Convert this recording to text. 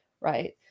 right